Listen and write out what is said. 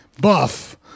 buff